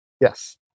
Yes